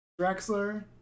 Drexler